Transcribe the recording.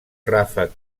ràfec